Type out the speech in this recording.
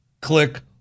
Click